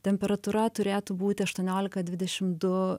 temperatūra turėtų būti aštuoniolika dvidešim du